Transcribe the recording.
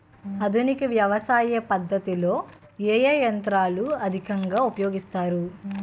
ఆధునిక వ్యవసయ పద్ధతిలో ఏ ఏ యంత్రాలు అధికంగా ఉపయోగిస్తారు?